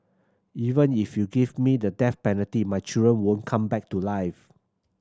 even if you give me the death penalty my children won't come back to life